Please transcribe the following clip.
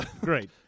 Great